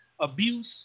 abuse